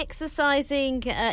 Exercising